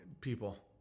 people